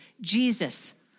Jesus